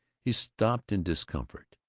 he stopped in discomfort.